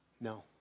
No